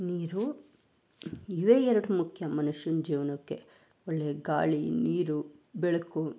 ನೀರು ಇವೇ ಎರಡು ಮುಖ್ಯ ಮನುಷ್ಯನ ಜೀವನಕ್ಕೆ ಒಳ್ಳೆಯ ಗಾಳಿ ನೀರು ಬೆಳಕು